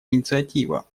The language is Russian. инициатива